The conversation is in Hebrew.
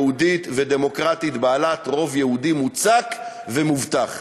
יהודית ודמוקרטית בעלת רוב יהודי מוצק ומובטח.